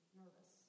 nervous